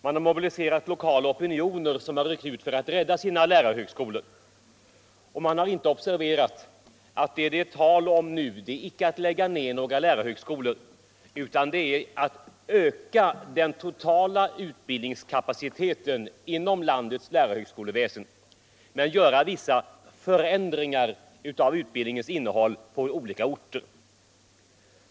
Man har mobiliserat lokala opinioner som har ryckt ut för att rädda sina lärarhögskolor. Man har inte observerat att det nu inte är tal om att lägga ned några lärarhögskolor utan att öka den totala utbildningskapaciteten inom landets lärarhögskoleväsen samtidigt med vissa förändringar av utbildningens innehåll på olika orter.